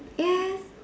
yes